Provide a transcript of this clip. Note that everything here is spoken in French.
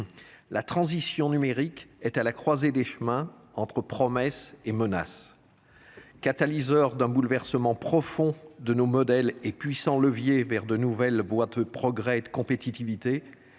la transition numérique est à la croisée des chemins, entre promesses et menaces. Catalyseur d’un bouleversement profond de nos modèles et puissant levier vers de nouvelles voies de progrès et de compétitivité,